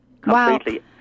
Completely